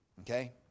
Okay